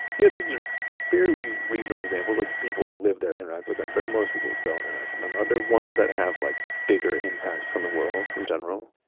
you know these are fairly regional examples, like people that live there interact with them, but most people don't interact with and them. are there ones that have like bigger impacts on the world in general?